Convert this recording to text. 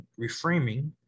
reframing